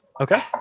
Okay